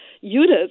units